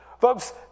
Folks